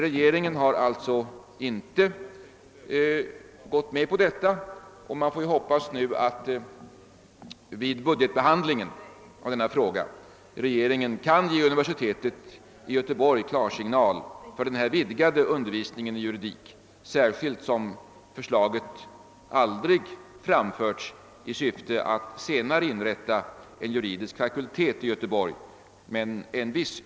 Regeringen har inte gått med härpå, men vi hoppas nu att den vid budget behandlingen av denna fråga kan ge universitetet i Göteborg klarsignal för vidgad undervisning i juridik — särskilt som förslaget aldrig har framförts i syfte att en juridisk fakultet i Göteborg senare skulle inrättas.